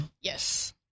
Yes